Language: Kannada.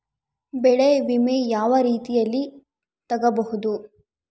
ಬೆಳೆ ವಿಮೆ ಯಾವ ರೇತಿಯಲ್ಲಿ ತಗಬಹುದು?